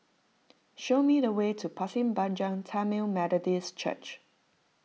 show me the way to Pasir Panjang Tamil Methodist Church